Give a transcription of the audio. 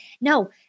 no